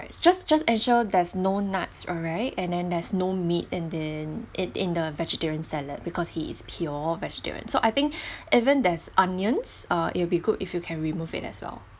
just just ensure there's no nuts alright and then there's no meat in the in in the vegetarian salad because he is pure vegetarian so I think even there's onions uh it'll be good if you can remove it as well